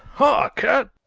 ha, cat!